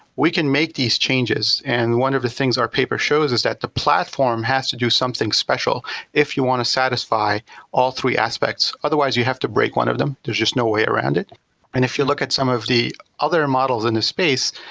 we can make this changes and one of the things our paper shows is that the platform has to do something special if you want to satisfy all three aspects. otherwise you have to break one of them. there's just no way around it and if you look at some of the other models in the space,